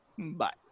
Bye